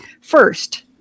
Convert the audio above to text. first